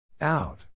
out